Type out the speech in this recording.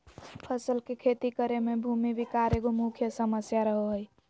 फसल के खेती करे में भूमि विकार एगो मुख्य समस्या रहो हइ